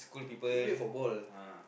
he wait for ball